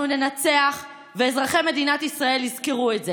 אנחנו ננצח, ואזרחי מדינת ישראל יזכרו את זה.